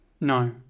No